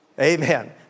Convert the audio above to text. Amen